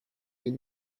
been